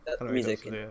music